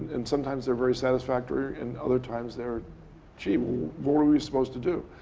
and sometimes, they're very satisfactory. and other times, they're gee. well, what are we supposed to do?